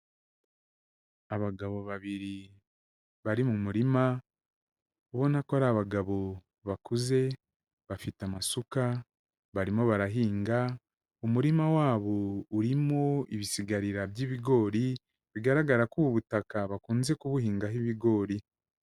Abagabo babiri bari mu murima ubona ko ari abagabo bakuze, bafite amasuka, barimo barahinga, umurima wa bo urimo ibisigarira by'ibigori bigaragara ko ubu butaka bakunze kubuhingaho ibigori.